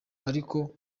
ariko